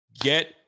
get